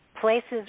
places